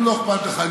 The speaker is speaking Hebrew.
אם לא אכפת לך.